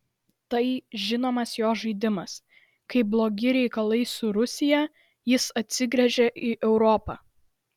tai žinomas jo žaidimas kai blogi reikalai su rusija jis atsigręžia į europą